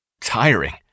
tiring